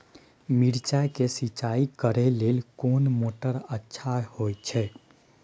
मिर्चाय के सिंचाई करे लेल कोन मोटर अच्छा होय छै?